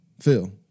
Phil